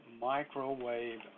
microwave